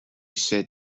said